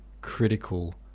critical